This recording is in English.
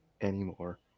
anymore